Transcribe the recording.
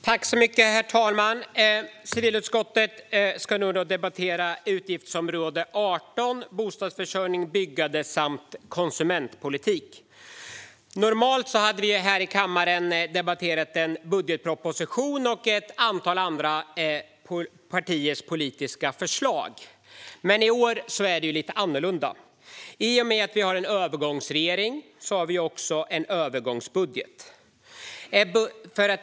Herr talman! Civilutskottet ska nu debattera utgiftsområde 18 Bostadsförsörjning, byggande samt konsumentpolitik. Normalt skulle vi här i kammaren ha debatterat en budgetproposition och ett antal andra partiers politiska förslag. Men i år är det lite annorlunda. I och med att vi har en övergångsregering har vi också en övergångsbudget.